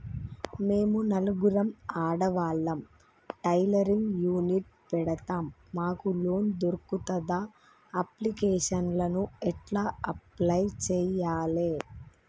మేము నలుగురం ఆడవాళ్ళం టైలరింగ్ యూనిట్ పెడతం మాకు లోన్ దొర్కుతదా? అప్లికేషన్లను ఎట్ల అప్లయ్ చేయాలే?